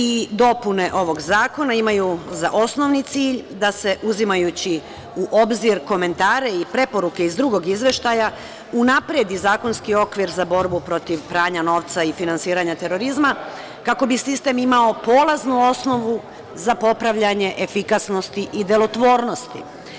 i dopune ovog zakona imaju za osnovni cilj, da se uzimajući u obzir komentare i preporuke iz drugog izveštaja, unapredi zakonski okvir za borbu protiv pranja novca i finansiranja terorizma kako bi sistem imao polaznu osnovu za popravljanje efikasnosti i delotvornosti.